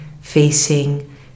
facing